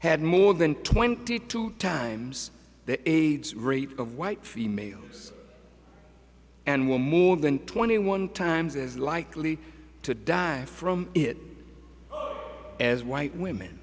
had more than twenty two times the rate of white females and will more than twenty one times as likely to die from it as white women